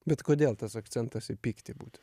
bet kodėl tas akcentas į pyktį būtent